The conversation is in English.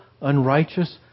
unrighteous